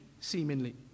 seemingly